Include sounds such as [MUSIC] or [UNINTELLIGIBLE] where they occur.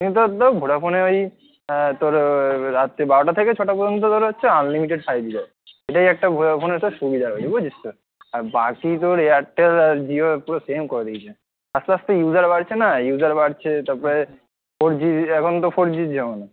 কিন্তু [UNINTELLIGIBLE] ভোডাফোনে ওই তোর রাত্রি বারোটা থেকে ছটা পর্যন্ত তোর হচ্ছে আনলিমিটেড ফাইভ জি দেয় এটাই একটা ভোডাফোনে তোর সুবিধা রয়েছে বুঝেছিস তো আর বাকি তোর এয়ারটেল আর জিও পুরো সেম করে দিয়েছে আস্তে আস্তে ইউসার বাড়ছে না ইউসার বাড়ছে তারপরে ফোর জি এখন তো ফোর জির জামানা